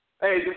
Hey